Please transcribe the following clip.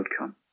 outcome